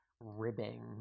ribbing